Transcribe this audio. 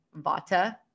Vata